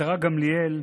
השרה גמליאל,